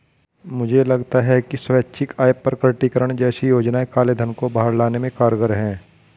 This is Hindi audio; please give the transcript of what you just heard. मुझे लगता है कि स्वैच्छिक आय प्रकटीकरण जैसी योजनाएं काले धन को बाहर लाने में कारगर हैं